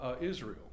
Israel